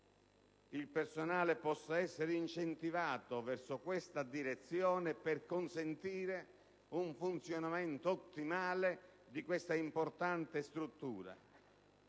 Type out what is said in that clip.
che esso possa essere incentivato verso questa direzione per consentire un funzionamento ottimale di questa importante struttura.